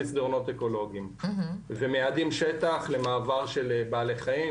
עם מסדרונות אקולוגים ומייעדים שטח למעבר של בעלי חיים,